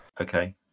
Okay